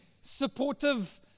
supportive